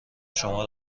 شما